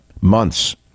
months